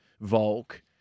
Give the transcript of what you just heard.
Volk